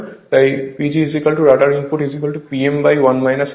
তাই PG rotor input P m হয়